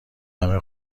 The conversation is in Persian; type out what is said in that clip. همه